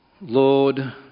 Lord